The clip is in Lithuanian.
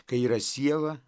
kai yra siela